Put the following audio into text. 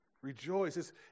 Rejoice